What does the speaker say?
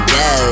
go